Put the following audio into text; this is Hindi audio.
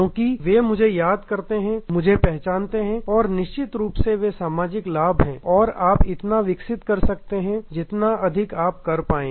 क्योंकि वे मुझे याद करते हैं मुझे पहचानते हैं और निश्चित रूप से वे सामाजिक लाभ हैं और आप इतना विकसित कर सकते हैं जितना अधिक आप कर पाए